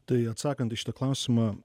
tai atsakant į šitą klausimą